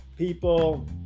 people